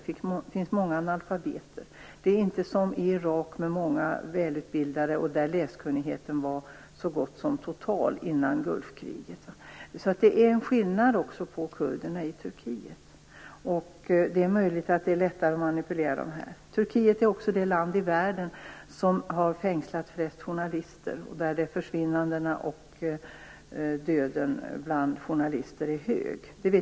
Det finns många analfabeter. Det är inte som i Irak, där det finns många välutbildade och där läskunnigheten var så gott som total innan Gulfkriget. Det är alltså en skillnad jämfört med kurderna i Turkiet. Det är möjligt att det är lättare att manipulera dessa. Turkiet är också det land i världen som har fängslat flest journalister. Försvinnandena bland journalister är många och många har dött.